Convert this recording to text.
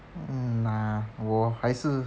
mm nah 我还是